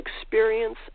experience